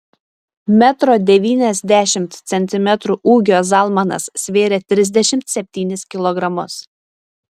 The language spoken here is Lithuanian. metro devyniasdešimt centimetrų ūgio zalmanas svėrė trisdešimt septynis kilogramus